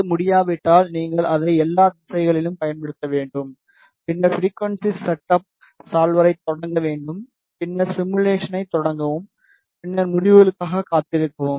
அது முடியாவிட்டால் நீங்கள் அதை எல்லா திசைகளிலும் பயன்படுத்த வேண்டும் பின்னர் ஃபிரிக்குவென்ஸி செட் அப் சால்வரைத் தொடங்க வேண்டும் பின்னர் சிமுலேஷனைத் தொடங்கவும் பின்னர் முடிவுகளுக்காக காத்திருக்கவும்